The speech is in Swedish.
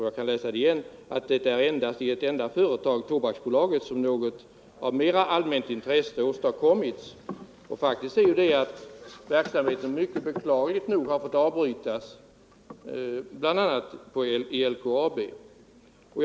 Jag kan läsa upp det igen: ”Det är endast i ett enda företag - Tobaksbolaget - som något av mera allmänt intresse åstadkommits.” Faktum är att verksamheten på vissa håll bl.a. i LKAB, beklagligt nog fått avbrytas.